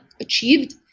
achieved